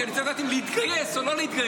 כי אני רוצה לדעת אם להתגייס או לא להתגייס.